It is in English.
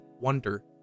wonder